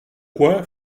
quoi